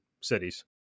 cities